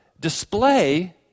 display